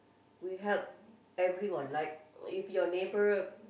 we help everyone like if your neighbour